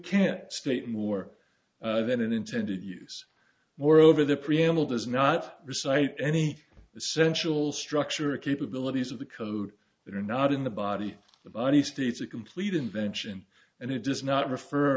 can't state more than an intended use moreover the preamble does not recite any essential structure of capabilities of the code that are not in the body the body states a complete invention and it does not refer